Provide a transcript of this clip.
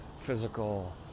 physical